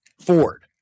ford